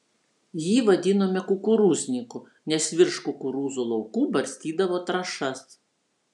jį vadinome kukurūzniku nes virš kukurūzų laukų barstydavo trąšas